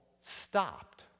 stopped